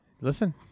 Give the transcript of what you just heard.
Listen